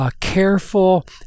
careful